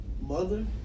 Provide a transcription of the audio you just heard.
mother